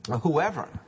whoever